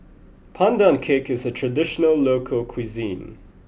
Pandan Cake is a traditional local cuisine